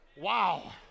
Wow